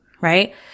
right